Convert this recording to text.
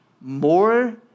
more